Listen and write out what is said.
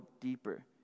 deeper